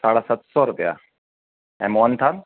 साढा सत सौ रुपया ऐं मोहनथाल